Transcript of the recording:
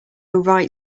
right